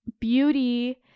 beauty